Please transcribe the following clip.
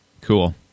Cool